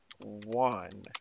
one